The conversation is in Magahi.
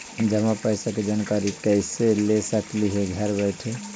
जमा पैसे के जानकारी कैसे ले सकली हे घर बैठे?